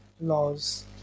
laws